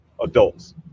adults